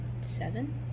seven